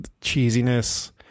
cheesiness